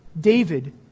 David